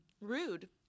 Rude